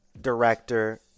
director